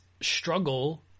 struggle